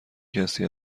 کسی